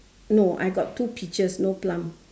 no I got two peaches no plum